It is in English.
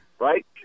right